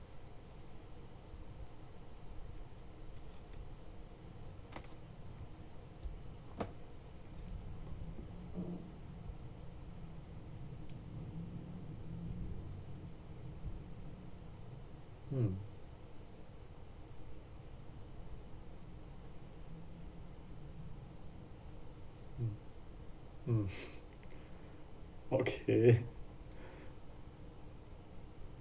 mm mm mm okay